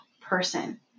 person